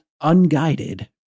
unguided